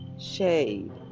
shade